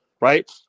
Right